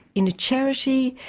in a charity,